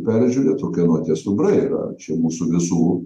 peržiūrėt o kieno tie stumbrai yra čia mūsų visų